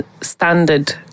standard